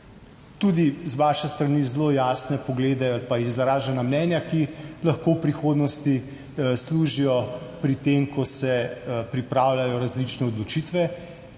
tudi z vaše strani zelo jasne poglede ali pa izražena mnenja, ki lahko v prihodnosti služijo pri tem, ko se pripravljajo različne odločitve.